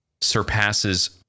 surpasses